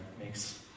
makes